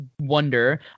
wonder